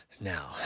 Now